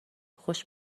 خوش